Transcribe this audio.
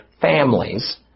families